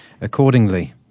accordingly